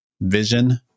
vision